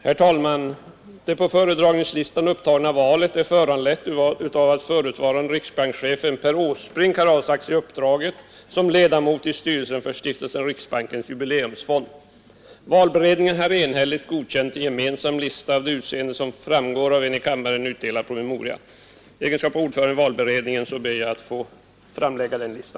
Herr talman! Det på föredragningslistan upptagna valet är föranlett av att förutvarande riksbankschefen Per Åsbrink har avsagt sig uppdraget som ledamot i styrelsen för Stiftelsen Riksbankens jubileumsfond. Valberedningen har enhälligt godkänt en gemensam lista av det utseende som framgår av en i kammaren utdelad promemoria. I egenskap av ordförande i valberedningen ber jag att få framlägga denna lista.